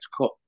cut